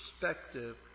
perspective